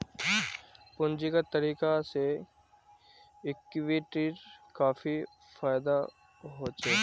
पूंजीगत तरीका से इक्विटीर काफी फायेदा होछे